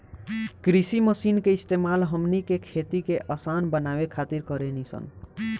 कृषि मशीन के इस्तेमाल हमनी के खेती के असान बनावे खातिर कारेनी सन